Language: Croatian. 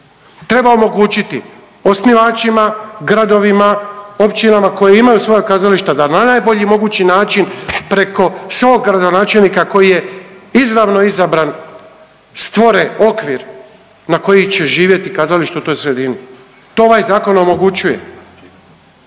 Treba omogućiti osnivačima, gradovima, općinama koja imaju svoja kazališta da na najbolji mogući način preko svog gradonačelnika koji je izravno izabran stvore okvir na koji će živjeti kazalište u toj sredini. To ovaj zakon omogućuje.